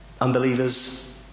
Unbelievers